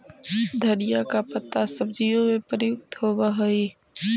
धनिया का पत्ता सब्जियों में प्रयुक्त होवअ हई